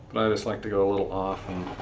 just like to go a little off and